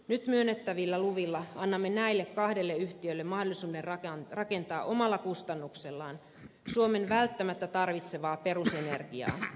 nyt myönnettävillä luvilla annamme näille kahdelle yhtiölle mahdollisuuden rakentaa omalla kustannuksellaan suomen välttämättä tarvitsemaa perusenergiaa